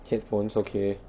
headphones okay